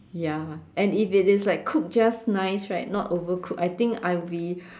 ya and if it is like cooked just nice right not overcooked I think I would be